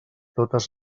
totes